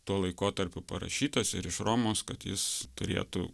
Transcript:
tuo laikotarpiu parašytas ir iš romos kad jis turėtų